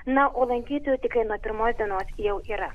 na o lankytojų tikrai nuo pirmos dienos jau yra